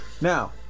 Now